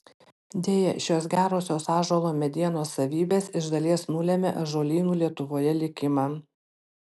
deja šios gerosios ąžuolo medienos savybės iš dalies nulėmė ąžuolynų lietuvoje likimą